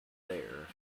there